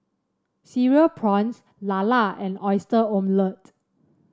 Cereal Prawns lala and Oyster Omelette